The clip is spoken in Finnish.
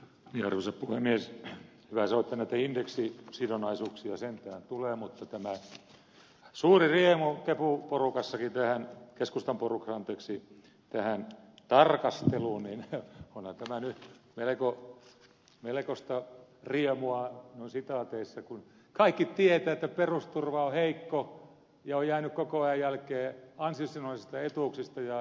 hyvä se on että näitä indeksisidonnaisuuksia sentään tulee mutta onhan tämä suuri riemu keskustan porukassakin tähän tarkasteluun nyt melkoista riemua noin sitaateissa kun kaikki tietävät että perusturva on heikko ja on jäänyt koko ajan jälkeen ansiosidonnaisista etuuksista ja reaalipalkoista